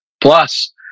Plus